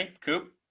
Coop